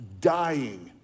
dying